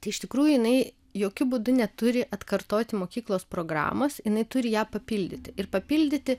tai iš tikrųjų jinai jokiu būdu neturi atkartoti mokyklos programos jinai turi ją papildyti ir papildyti